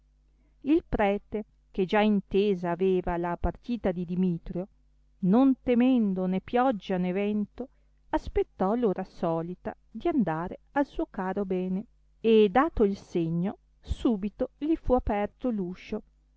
il prete che già intesa aveva la partita di dimitrio non temendo né pioggia né vento aspettò l'ora solita di andare al suo caro bene e dato il segno subito li fu aperto